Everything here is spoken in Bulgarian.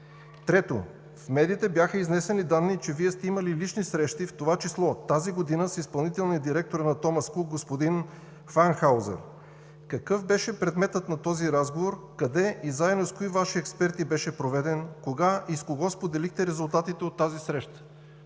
Трето, в медиите бяха изнесени данни, че Вие сте имали лични срещи, в това число тази година с изпълнителния директор на „Томас Кук“ господин Фанкхаузер. Какъв беше предметът на този разговор, къде и заедно с кои Ваши експерти беше проведен? Кога и с кого споделихте резултатите от тази среща,